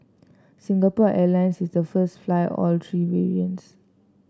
Singapore Airlines is the first fly all three variants